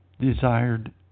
desired